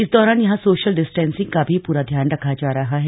इस दौरान यहां सोशल डिस्टेन्सिंग का भी पूरा ध्यान रखा जा रहा है